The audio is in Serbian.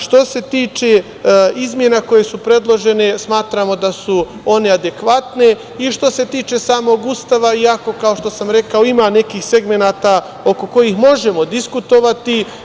Što se tiče izmena koje su predložene, smatramo da su one adekvatne i što se tiče samog Ustava, iako, kao što sam rekao, ima nekih segmenata oko kojih možemo diskutovati.